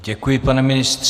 Děkuji, pane ministře.